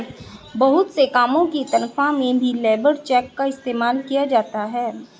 बहुत से कामों की तन्ख्वाह में भी लेबर चेक का इस्तेमाल किया जाता है